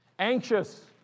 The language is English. Anxious